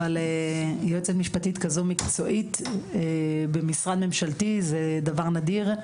אבל יועצת משפטית כזו מקצועית במשרד ממשלתי זה דבר נדיר,